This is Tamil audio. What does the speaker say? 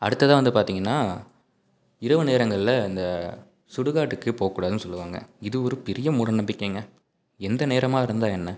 அடுத்ததாக வந்து பார்த்திங்கன்னா இரவு நேரங்களில் இந்த சுடுகாட்டுக்கு போகக்கூடாதுனு சொல்லுவாங்க இது ஒரு பெரிய மூடநம்பிக்கைங்க எந்த நேரமாக இருந்தால் என்ன